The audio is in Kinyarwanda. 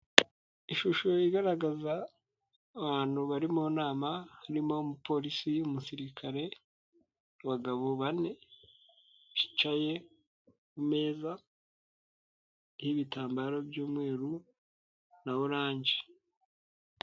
Ishusho igaragaza abantu bari mu nama harimo umupolisi, umusirikare, abagabo bane bicaye ku meza iriho ibitambaro by'umweru na oranje.